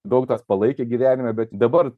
daug tas palaikė gyvenime bet dabar